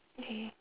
okay